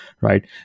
right